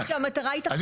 כשהמטרה היא --- לא,